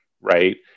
right